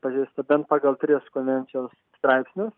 pažeista bent pagal tris konvencijos straipsnius